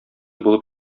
булып